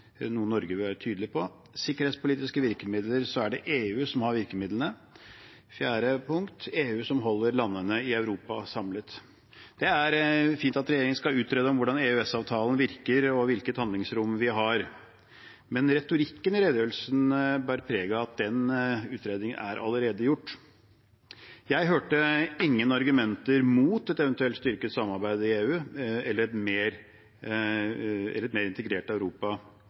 noe Norge bør være tydelig på, og at når det gjelder sikkerhetspolitiske virkemidler, er det EU som har virkemidlene. Det fjerde punktet var at det er EU som holder landene i Europa samlet. Det er fint at regjeringen skal utrede hvordan EØS-avtalen virker og hvilket handlingsrom vi har, men retorikken i redegjørelsen bærer preg av at den utredningen allerede er gjort. Jeg hørte ingen argumenter mot et eventuelt styrket samarbeid i EU eller et mer